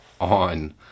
on